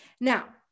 Now